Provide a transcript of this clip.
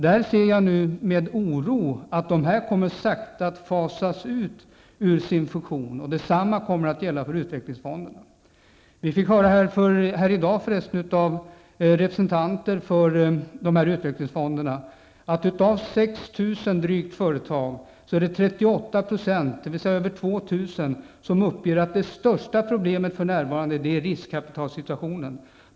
Nu ser jag med oro att de kommer att sakta fasas ut ur sin funktion. Detsamma kommer att gälla för utvecklingsfonderna. I dag har vi av representanter för utvecklingsfonderna fått höra att av drygt 6 000 företag uppger 38 %, dvs. över 2 000, att det största problemet för närvarande är riskkapitalsituationen.